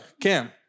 Cam